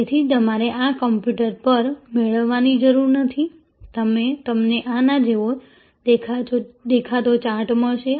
તેથી તમારે આ કમ્પ્યુટર પર મેળવવાની જરૂર નથી તમને આના જેવો દેખાતો ચાર્ટ મળશે